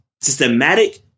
systematic